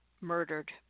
murdered